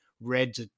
reds